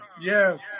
yes